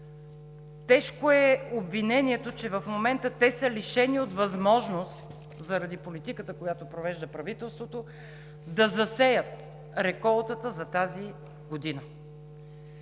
Тежко е обвинението, че в момента те са лишени от възможност – заради политиката, която провежда правителството, да засеят реколтата за тази година.